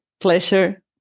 pleasure